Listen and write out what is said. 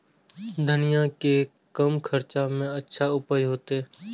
धनिया के कम खर्चा में अच्छा उपज होते?